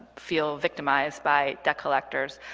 feel victimized by debt collectors.